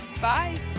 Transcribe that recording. Bye